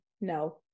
no